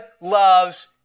loves